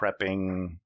prepping